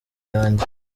yanjye